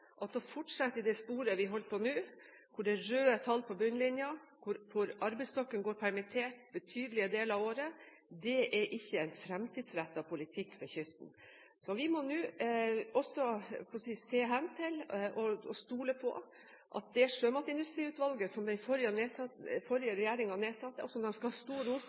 Å fortsette i det sporet vi holder på nå, hvor det er røde tall på bunnlinjen, og hvor arbeidsstokken går permittert betydelige deler av året, er ikke en fremtidsrettet politikk for kysten. Så vi må nå se hen til og stole på at vi gjennom Sjømatindustriutvalget, som den forrige regjeringen nedsatte – og som de skal ha stor ros